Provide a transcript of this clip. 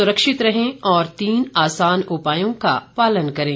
सुरक्षित रहें और तीन आसान उपायों का पालन करें